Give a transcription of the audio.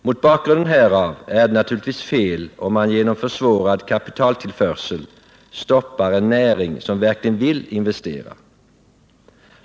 Mot bakgrund härav är det naturligtvis fel om man genom försvårad kapitaltillförsel stoppar en näring som verkligen vill investera.